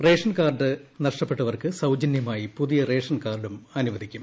ration card നഷ്ടപ്പെട്ടവ്ർക്ക് സൌജന്യമായി പുതിയ റേഷൻ കാർഡും അനുവദിക്കും